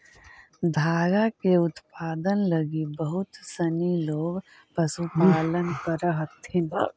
धागा के उत्पादन लगी बहुत सनी लोग पशुपालन करऽ हथिन